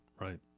right